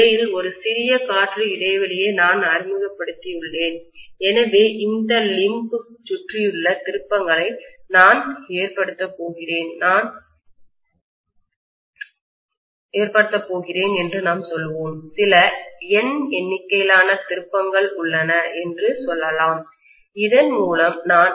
இடையில் ஒரு சிறிய காற்று இடைவெளியை நான் அறிமுகப்படுத்தியுள்ளேன் எனவே இந்த லிம்புமூட்டுக்குச் சுற்றியுள்ள திருப்பங்களை நான் ஏற்படுத்தப் போகிறேன் என்று நாம் சொல்லுவோம் சில N எண்ணிக்கையிலான திருப்பங்கள் உள்ளன என்று சொல்லலாம் இதன் மூலம் நான் I எனும் கரண்ட்டை கடத்த ப் போகிறேன்